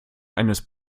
eines